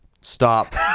Stop